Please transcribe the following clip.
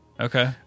Okay